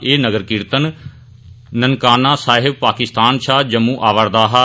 एह् नगर कीर्तन ननकाना साहेब पाकिस्तान शा जम्मू आवा'रदा हा